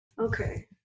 okay